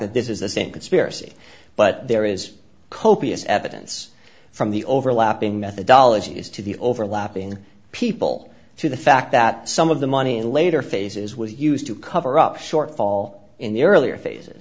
that this is the same conspiracy but there is copious evidence from the overlapping methodology as to the overlapping people to the fact that some of the money in later phases was used to cover up shortfall in the earlier phases